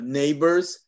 neighbors